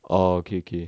oh okay okay